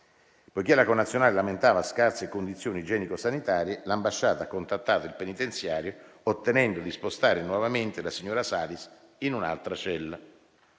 Poiché la connazionale lamentava scarse condizioni igienico sanitarie, l'ambasciata ha contattato il penitenziario ottenendo di spostare nuovamente la signora Salis in un'altra cella.